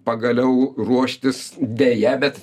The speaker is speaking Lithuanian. pagaliau ruoštis deja bet